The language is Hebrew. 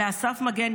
לאסף מגן,